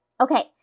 Okay